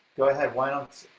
go ahead, why um